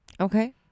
Okay